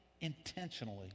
Intentionally